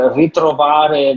ritrovare